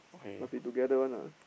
must be together one ah